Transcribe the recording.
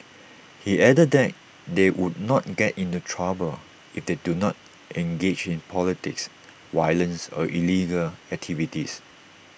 he added that they would not get into trouble if they do not engage in politics violence or illegal activities